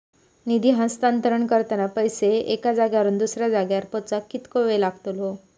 निधी हस्तांतरण करताना पैसे एक्या जाग्यावरून दुसऱ्या जाग्यार पोचाक कितको वेळ लागतलो?